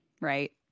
Right